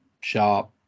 sharp